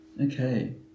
Okay